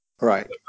Right